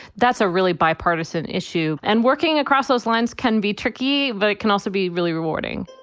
that's a really bipartisan issue. and working across those lines can be tricky, but it can also be really rewarding